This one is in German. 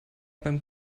beim